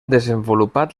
desenvolupat